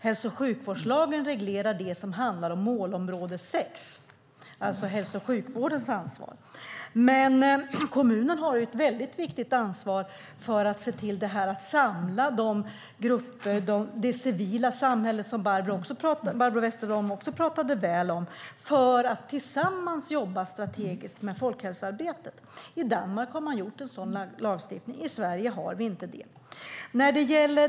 Hälso och sjukvårdslagen reglerar det som handlar om målområde 6, det vill säga hälso och sjukvårdens ansvar. Kommunen har ett mycket viktigt ansvar för att se till att samla olika grupper, det civila samhället, som Barbro Westerholm pratade väl om, för att tillsammans jobba strategiskt med folkhälsofrågorna. I Danmark har man gjort en sådan lagstiftning, men i Sverige har vi inte det.